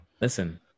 Listen